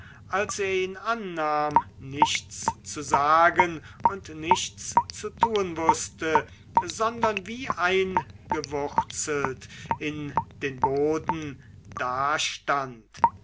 als er ihn annahm nichts zu sagen und nichts zu tun wußte sondern wie eingewurzelt in den boden dastand